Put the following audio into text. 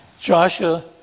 Joshua